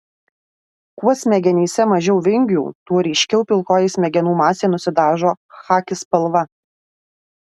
kuo smegenyse mažiau vingių tuo ryškiau pilkoji smegenų masė nusidažo chaki spalva